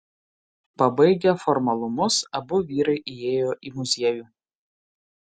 pabaigę formalumus abu vyrai įėjo į muziejų